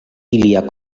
ilia